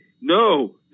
No